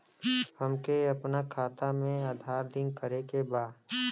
हमके अपना खाता में आधार लिंक करें के बा?